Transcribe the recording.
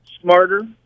smarter